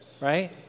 Right